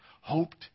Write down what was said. hoped